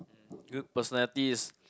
good personality is